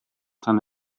tan